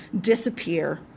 disappear